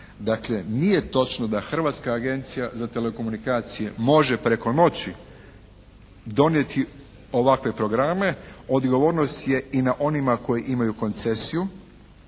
Dakle nije točno da Hrvatska agencija za telekomunikacije može preko noći donijeti ovakve programe. Odgovornost je i na onima koji imaju koncesiju.